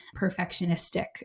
perfectionistic